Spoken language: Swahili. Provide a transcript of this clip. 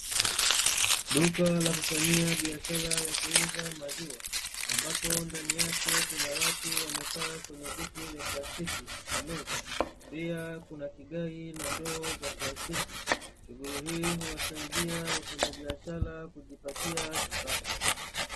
Duka la kufanyia biashara ya kuuza maziwa, ambapo ndani yake kuna watu wamekaa kwenye viti vya plastiki na meza. Pia kuna vigae na ndoo za plastiki. Shughuli hii huwasaidia wafanyabiashara kujipatia kipato.